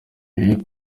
iyi